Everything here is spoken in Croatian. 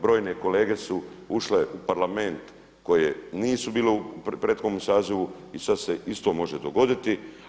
Brojne kolege su ušle u Parlament koje nisu bile u prethodnom sazivu i sada se isto može dogoditi.